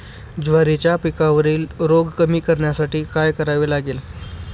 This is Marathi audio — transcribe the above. ज्वारीच्या पिकावरील रोग कमी करण्यासाठी काय करावे लागेल?